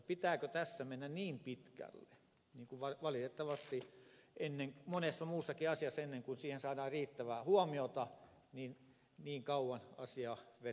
pitääkö tässä mennä niin pitkälle niin kuin valitettavasti monessa muussakin asiassa ennen kuin sille saadaan riittävää huomiota niin kauan asiaa vetkutellaan